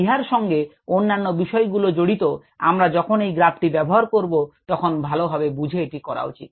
ইহার সঙ্গে অন্যান্য বিষয়গুলো জড়িত আমরা যখন এই গ্রাফটি ব্যবহার করব তখন ভালোভাবে বুঝে এটি করা উচিত